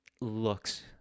looks